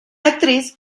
actriz